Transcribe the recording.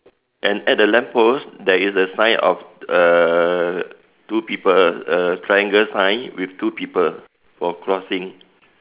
and at the lamp post there is a sign of err two people uh triangle sign with two people who are crossing